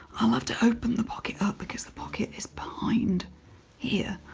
i'll have to open the pocket up because the pocket is behind here.